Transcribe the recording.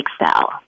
Excel